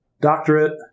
doctorate